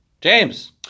james